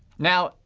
now,